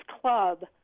club